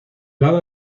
lado